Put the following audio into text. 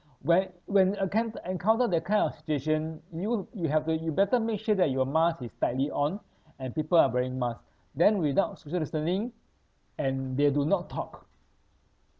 where when encount~ encounter that kind of situation you you have to you better make sure that your mask is tightly on and people are wearing masks then without social distancing and they do not talk